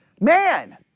man